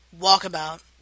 Walkabout